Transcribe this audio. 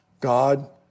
God